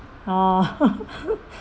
oh